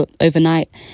overnight